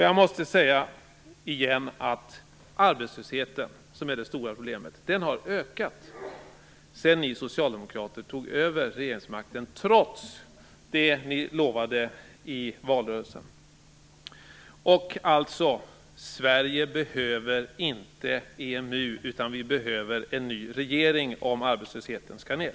Jag måste återigen säga att arbetslösheten, som är det stora problemet, har ökat sedan ni socialdemokrater tog över regeringsmakten, trots det ni lovade i valrörelsen. Sverige behöver inte EMU. Vi behöver en ny regering om arbetslösheten skall ned.